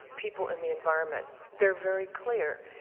people and the environment. they're very clear.